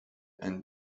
and